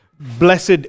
blessed